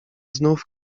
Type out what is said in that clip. znów